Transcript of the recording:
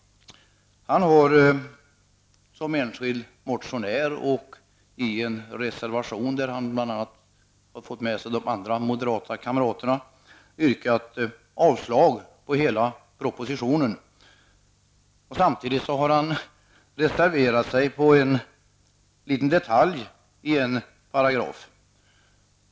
Han har som enskild motionär och i en reservation där han bl.a. fått med sig de andra moderata kamraterna yrkat avslag på hela propositionen. Samtidigt har han reserverat sig när det gäller en liten detalj i en paragraf.